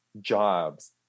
jobs